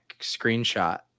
screenshot